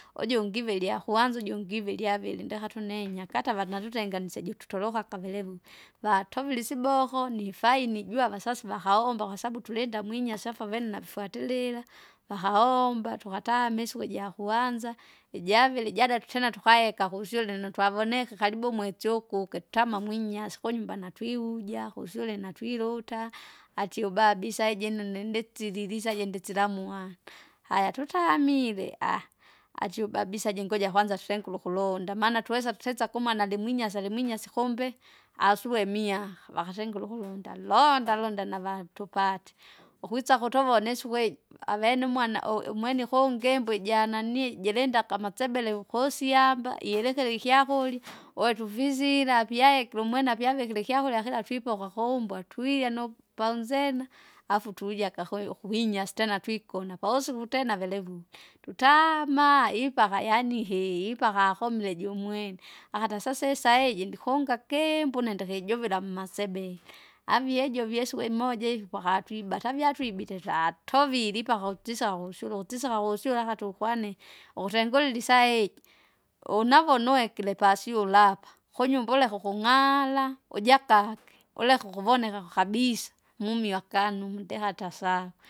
Ujungi ive lyakwanza ujungi ive ilyaviri ndekatunenya katava nalutengasya jitutoloka kavele vule, vatovile isiboko nifaini juwa avasasi vakaomba kwasabu tulinda mwinyasi afu avene navufwatirila, vakaomba tukatame isiko ijakwanza, ijavili, jadatu tena tukaeka kusyule nutwavoneka karibu umwesi ukukitama mwinyasi kunyumba natwivuja kusyule natwiluta, atie ubaba isaiji ine neni nditilili isaje ndisilamuana, haya tutamile aaha! taie ubaba isaje ngoja kwanza tutengule ukulonda maana twesa tutesa kumwana ndimwinyasi alimwinyasi kumbe, asue miaka. Vakatengure ukulonda londa londa navatupate, ukwisa kutuvona isiku iji, avene umwana ui- imwene ikungibwije ijanani jilinda kamasebele ukosyamba, ilekera ikykurya, wotuvizile ipyaekire umwene apyavikire ikyakurya kila twipoka kubwa twilya nupaunzena. Afutuja akoe ukuvinyasi tena twikona pausiko utena velevule. Tutaama ipaka yaani ihee! ipaka akomile jumwene, akata sasa isaiji ndikunga kiimbo une ndikikijuvila mmasebele. Aviejo vyesi ukimoja iji pakatwibata avatwibite tatovili ipaka utisaka kushule utisaka kusyule akati ukwane, ukutengulile isaiji. Unavona unwekile pasyulapa, kunyumba uleke ukung'ara, ujakaki, uleke ukuvoneka kukabisa, mumiakanu mudehata sana.